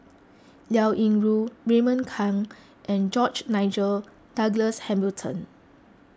Liao Yingru Raymond Kang and George Nigel Douglas Hamilton